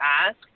ask